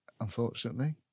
unfortunately